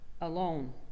alone